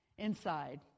Inside